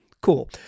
Cool